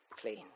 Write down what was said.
clean